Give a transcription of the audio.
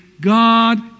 God